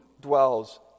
dwells